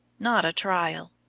not a trial.